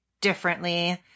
differently